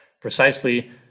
precisely